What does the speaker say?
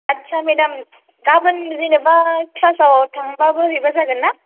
आस्सा मेदाम गाबोन जेनेबा क्लासाव थांबाबो हैबा जागोनना